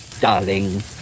Darling